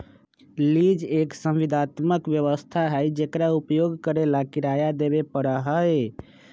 lease एक संविदात्मक व्यवस्था हई जेकरा उपयोग करे ला किराया देवे पड़ा हई